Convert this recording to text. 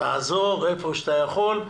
תעזור היכן שאתה יכול,